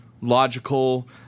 logical